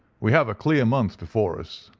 we have a clear month before us